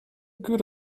good